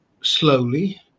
slowly